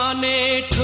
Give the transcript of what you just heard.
um made